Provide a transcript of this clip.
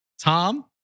Tom